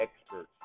experts